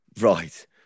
Right